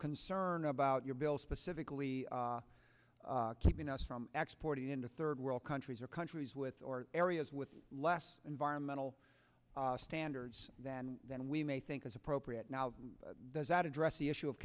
concern about your bill specifically keeping us from export into third world countries or countries with or areas with less environmental standards than then we may think is appropriate now does that address the issue of